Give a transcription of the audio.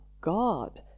God